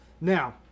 now